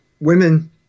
women